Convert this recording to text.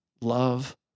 love